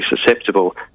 susceptible